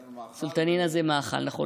היה לנו מאכל, סולטנינה זה מאכל, נכון.